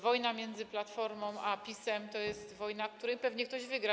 Wojna między Platformą a PiS-em to jest wojna, w której pewnie ktoś wygra.